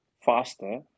faster